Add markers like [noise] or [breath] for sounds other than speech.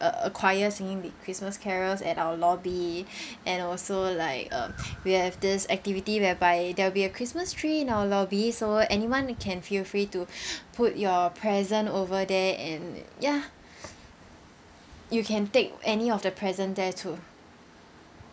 uh a choir singing the christmas carols at our lobby [breath] and also like um [breath] we have this activity whereby there will be a christmas tree in our lobby so anyone you can feel free to [breath] put your present over there and ya [breath] you can take any of the present there too